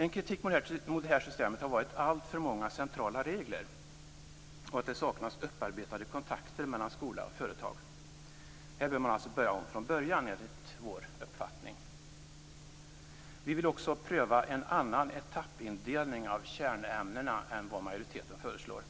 En kritik mot det här systemet har varit att det är alltför många centrala regler och att det saknas upparbetade kontakter mellan skola och företag. Här bör man alltså börja om från början, enligt vår uppfattning. Vi vill också pröva en annan etappindelning av kärnämnena än vad majoriteten föreslår.